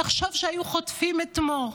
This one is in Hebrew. תחשוב שהיו חוטפים את מור,